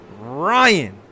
ryan